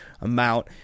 amount